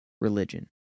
religion